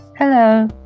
Hello